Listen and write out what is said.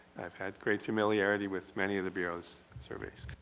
i've had great familiarity with many of the bureau's and surveys.